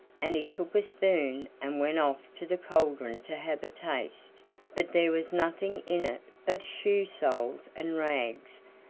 and he took a spoon, and went off to the cauldron to have a taste but there was nothing in it but shoe-soles, and rags,